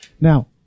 Now